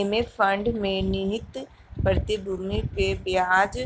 एमे फंड में निहित प्रतिभूति पे बियाज